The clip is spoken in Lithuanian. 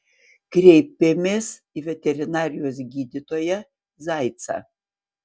kreipėmės į veterinarijos gydytoją zaicą